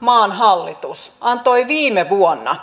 maan hallitus antoi viime vuonna